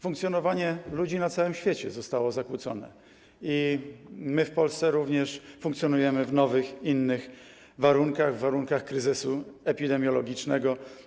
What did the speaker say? Funkcjonowanie ludzi na całym świecie zostało zakłócone i my w Polsce również funkcjonujemy w nowych, innych warunkach, w warunkach kryzysu epidemiologicznego.